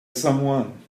someone